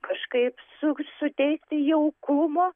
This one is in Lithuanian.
kažkaip su suteikti jaukumo